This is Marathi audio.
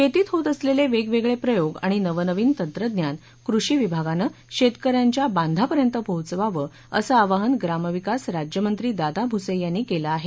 शेतीत होत असलेले वेगवेगळे प्रयोग आणि नवनवीन तंत्रज्ञान कृषी विभागानं शेतकऱ्यांच्या बांधापर्यंत पोहोचवावं असं आवाहन ग्रामविकास राज्यमंत्री दादा भुसे यांनी केलं आहे